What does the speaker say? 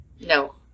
no